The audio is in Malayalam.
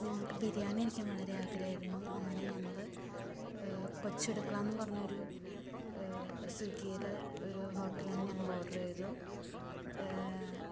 ഞങ്ങൾക്ക് ബിരിയാണി കഴിക്കാൻ വളരെ അഗ്രഹമായിരുന്നു അങ്ങനെ ഞങ്ങൾ കൊച്ചടുക്കള എന്നു പറഞ്ഞൊരു സുഗീലെ ഒരു ഹോട്ടലിനു ഞങ്ങൾ ഓർഡർ ചെയ്തു